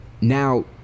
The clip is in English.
Now